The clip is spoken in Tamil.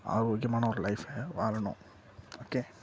ஆரோக்கியமான ஒரு லைஃப்பை வாழணும் ஓகே